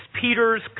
Peter's